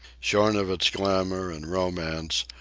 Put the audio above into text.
shorn of its glamour and romance,